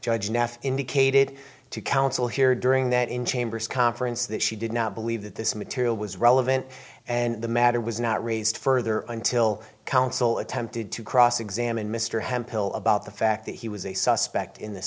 judge nath indicated to counsel here during that in chambers conference that she did not believe that this material was relevant and the matter was not raised further until counsel attempted to cross examine mr hemphill about the fact that he was a suspect in th